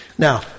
Now